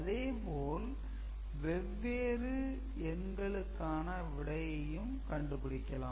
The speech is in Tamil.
அதே போல் வெவ்வேறு எண்களுக்கான விடையையும் கண்டுபிடிக்கலாம்